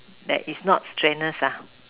that is not strenuous ah